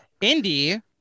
Indy